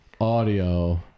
audio